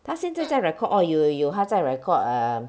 他现在在 record orh 有有有他在 record err